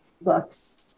books